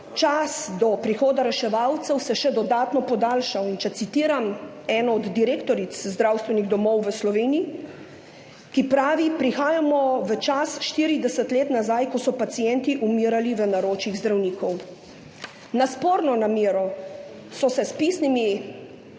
čas do prihoda reševalcev še dodatno podaljšal. In če citiram eno od direktoric zdravstvenih domov v Sloveniji, ki pravi: »Prihajamo v čas 40 let nazaj, ko so pacienti umirali v naročjih zdravnikov.« Na sporno namero so se s pisnimi